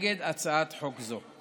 נגד הצעת חוק זו.